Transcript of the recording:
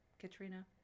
Katrina